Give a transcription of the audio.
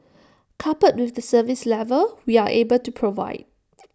coupled with the service level we are able to provide